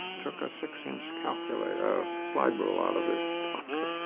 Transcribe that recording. took a six-inch calculator, a slide-ruler, out of his pocket,